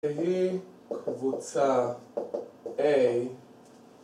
תביא קבוצה A